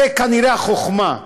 זו כנראה החוכמה,